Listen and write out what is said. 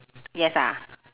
yes ah